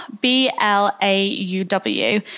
B-L-A-U-W